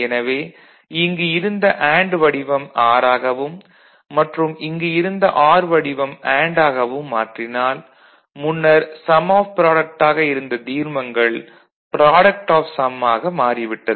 எனவே இங்கு இருந்த அண்டு வடிவம் ஆர் ஆகவும் மற்றும் இங்கு இருந்த ஆர் வடிவம் அண்டு ஆகவும் மாற்றினால் முன்னர் சம் ஆப் ப்ராடக்ட் ஆக இருந்த தீர்மங்கள் ப்ராடக்ட் ஆப் சம் ஆக மாறி விட்டது